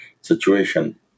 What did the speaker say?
situation